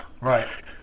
Right